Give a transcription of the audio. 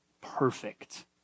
perfect